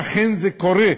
ואכן, זה קורה.